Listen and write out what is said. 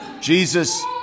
Jesus